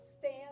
Stand